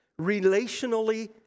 relationally